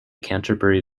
canterbury